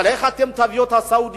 אבל איך אתם תביאו את הסעודים?